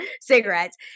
cigarettes